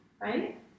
right